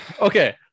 Okay